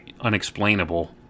unexplainable